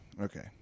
okay